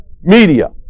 Media